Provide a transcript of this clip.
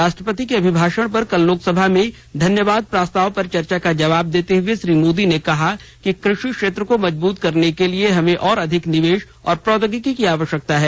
राष्ट्रपति के अभिभाषण पर कल लोकसभा में धन्यवाद प्रस्ताव पर चर्चा का जवाब देते हए श्री मोदी ने कहा कि कृषि क्षेत्र को मजबूत करने के लिए हमें और अधिक निवेश और प्रौद्योगिकी की आवश्यकता है